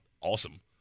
awesome